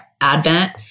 Advent